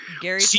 Gary